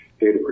Data